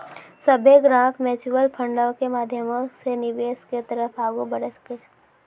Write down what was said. सभ्भे ग्राहक म्युचुअल फंडो के माध्यमो से निवेश के तरफ आगू बढ़ै सकै छै